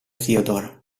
theodore